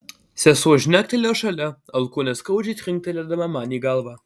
sesuo žnektelėjo šalia alkūne skaudžiai trinktelėdama man į galvą